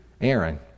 Aaron